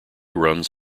runs